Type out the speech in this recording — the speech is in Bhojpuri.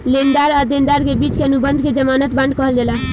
लेनदार आ देनदार के बिच के अनुबंध के ज़मानत बांड कहल जाला